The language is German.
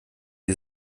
sie